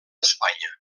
espanya